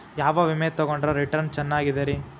ಯಾವ ವಿಮೆ ತೊಗೊಂಡ್ರ ರಿಟರ್ನ್ ಚೆನ್ನಾಗಿದೆರಿ?